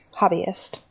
Hobbyist